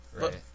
Right